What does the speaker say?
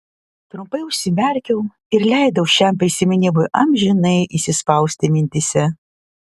trumpai užsimerkiau ir leidau šiam prisiminimui amžinai įsispausti mintyse